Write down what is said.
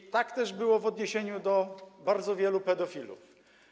I tak też było w odniesieniu do bardzo wielu pedofilów.